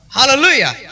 Hallelujah